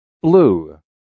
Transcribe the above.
Blue